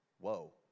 Whoa